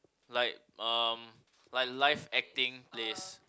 like um like live acting place